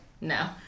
No